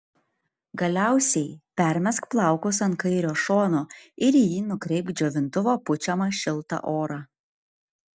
galiausiai permesk plaukus ant kairio šono ir į jį nukreipk džiovintuvo pučiamą šiltą orą